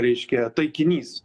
reiškia taikinys